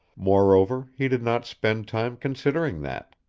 moreover, he did not spend time considering that.